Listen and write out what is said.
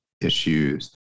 issues